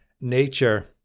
nature